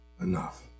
enough